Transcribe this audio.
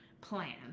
plan